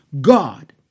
God